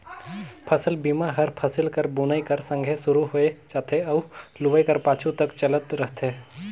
फसिल बीमा हर फसिल कर बुनई कर संघे सुरू होए जाथे अउ लुवई कर पाछू तक चलत रहथे